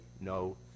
no